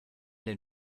den